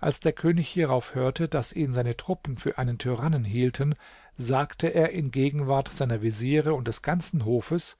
als der könig hierauf hörte daß ihn seine truppen für einen tyrannen hielten sagte er in gegenwart seiner veziere und des ganzen hofes